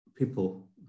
people